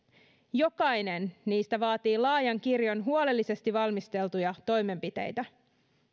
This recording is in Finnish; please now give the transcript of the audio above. jokainen niistä vaatii laajan kirjon huolellisesti valmisteltuja toimenpiteitä